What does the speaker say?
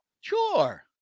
Sure